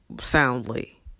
soundly